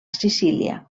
sicília